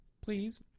please